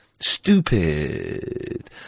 stupid